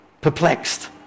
perplexed